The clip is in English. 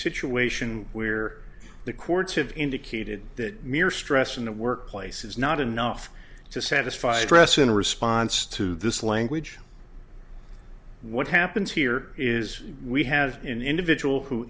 situation where the courts have indicated that mere stress in the workplace is not enough to satisfy the press in response to this language what happens here is we have individual who